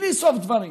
בלי סוף דברים.